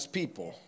people